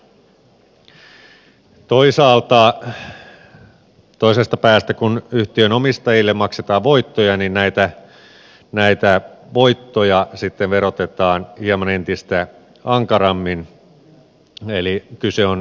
toisaalta toisesta päästä kun yhtiön omistajille maksetaan voittoja näitä voittoja sitten verotetaan hieman entistä ankarammin eli kyse on rakenneuudistuksesta